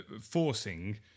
forcing